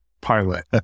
pilot